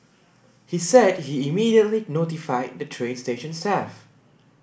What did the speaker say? he said he immediately notified the train station staff